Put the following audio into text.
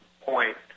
point